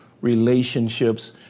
relationships